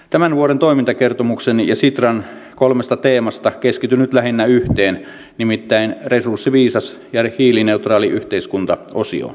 tämän vuoden toimintakertomuksen ja sitran kolmesta teemasta keskityn nyt lähinnä yhteen nimittäin resurssiviisas ja hiilineutraali yhteiskunta osioon